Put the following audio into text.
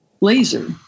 laser